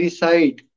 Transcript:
side